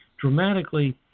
dramatically